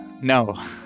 No